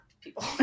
people